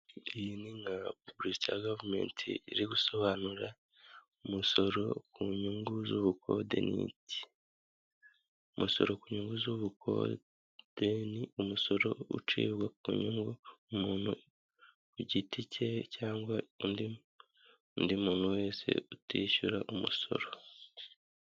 Iyi ni nka puresitaya gavumenti, iri gusobanura umusoro ku nyungu z'ubukode ni iki? Umusoro ku nyungu z'ubukode ni umusoro ucibwa ku nyungu, umuntu ku giti cye cyangwa undi muntu wese utishyura umusoro.